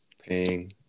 paying